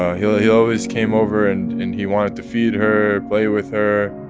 ah he ah he always came over and and he wanted to feed her, play with her.